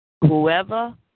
Whoever